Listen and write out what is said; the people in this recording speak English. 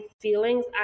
feelings